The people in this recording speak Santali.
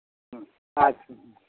ᱟᱪᱪᱷᱟ